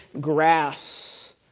grass